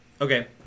Okay